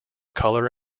colour